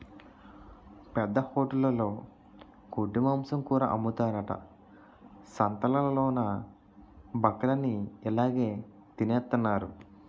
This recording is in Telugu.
పెద్ద హోటలులో గొడ్డుమాంసం కూర అమ్ముతారట సంతాలలోన బక్కలన్ని ఇలాగె తినెత్తన్నారు